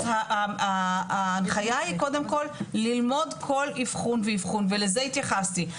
אז ההנחיה היא קודם כל ללמוד כל אבחון ואבחון ולזה התייחסתי,